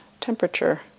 temperature